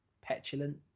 petulant